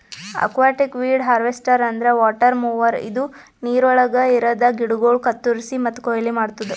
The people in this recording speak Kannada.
ಅಕ್ವಾಟಿಕ್ ವೀಡ್ ಹಾರ್ವೆಸ್ಟರ್ ಅಂದ್ರ ವಾಟರ್ ಮೊವರ್ ಇದು ನೀರವಳಗ್ ಇರದ ಗಿಡಗೋಳು ಕತ್ತುರಸಿ ಮತ್ತ ಕೊಯ್ಲಿ ಮಾಡ್ತುದ